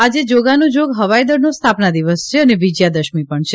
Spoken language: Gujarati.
આજે જોગાનુજોગ ફવાઇદળનો સ્થાપના દિવસ છે અને વિજયાદશમી પણ છે